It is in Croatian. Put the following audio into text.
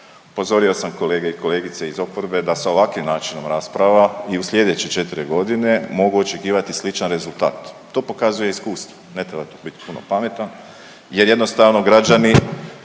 Upozorio sam kolege i kolegice iz oporbe da sa ovakvim načinom rasprava i u sljedeće četiri godine mogu očekivati sličan rezultat. To pokazuje iskustvo ne treba tu bit puno pametan jer jednostavno građani